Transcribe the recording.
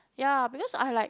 ya because I like